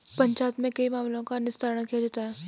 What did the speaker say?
पंचायत में कई मामलों का निस्तारण किया जाता हैं